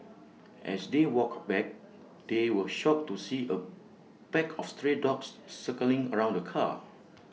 as they walked back they were shocked to see A pack of stray dogs circling around the car